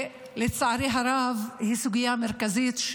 לצערי הרב היא סוגיה מרכזית,